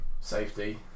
safety